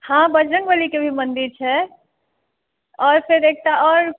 हँ बजरङ्ग बलीके भी मन्दिर छै आओर फेर एकटा आओर